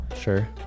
sure